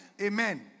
Amen